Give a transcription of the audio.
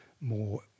more